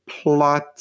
plot